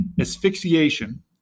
asphyxiation